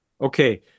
Okay